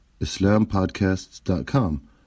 islampodcasts.com